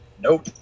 Nope